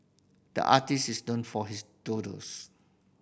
the artist is known for his doodles